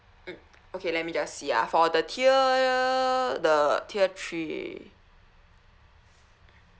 mm okay let me just see ah for the tier the tier three